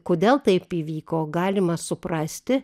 kodėl taip įvyko galima suprasti